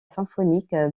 symphoniques